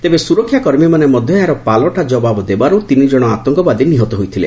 ତେବେ ସୁରକ୍ଷା କର୍ମୀମାନେ ମଧ୍ୟ ଏହାର ପାଲଟା ଜବାବ ଦେବାରୁ ତିନି ଜଣ ଆତଙ୍କବାଦୀ ନିହତ ହୋଇଥିଲେ